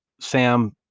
Sam